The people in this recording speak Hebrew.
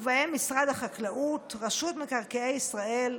ובהם משרד החקלאות, רשות מקרקעי ישראל,